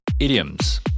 Idioms –